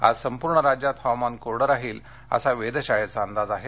आज सपूर्ण राज्यात हवामान कोरडं राहील असा वेधशाळेचा अंदाज आहे